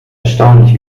erstaunlich